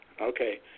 Okay